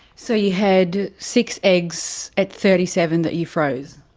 so you had six eggs at thirty seven that you froze.